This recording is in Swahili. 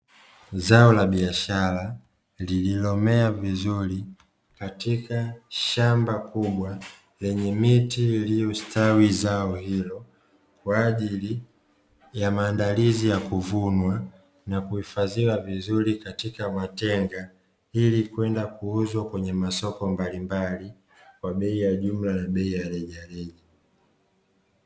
Zao la biashara lililomea vizuri katika shamba kubwa lenye miti iliyostawi zao hilo, kwa ajili ya maandalizi ya kuvunwa na kuhifadhiwa vizuri katika matenga ili kwenda kuuzwa kwenye masoko mbalimbali kwa bei ya jumla na bei ya rejareja.